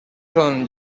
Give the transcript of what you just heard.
són